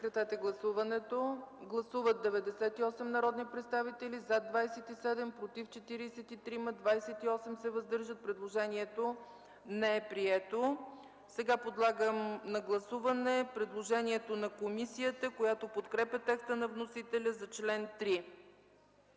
Сега подлагам на гласуване предложението на комисията, която подкрепя текста на вносителя за чл. 3.